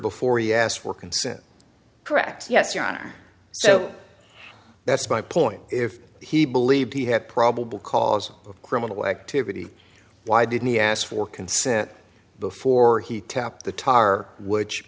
before he asked for consent correct yes your honor so that's my point if he believed he had probable cause of criminal activity why didn't he ask for consent before he tapped the tar which